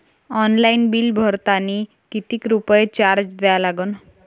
Online bill भरतानी कितीक रुपये चार्ज द्या लागन?